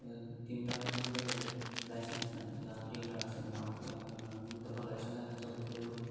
তিনটাৰ মানে কি হ'ল লাইচেন্স নাই তিনটাৰ আছে আৰু আমি তাপা লাইচেঞ্চ লাইচেঞ্চ ল'বলে ক'লোঁ